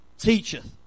Teacheth